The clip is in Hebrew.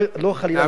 לא חלילה.